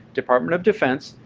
department of defense,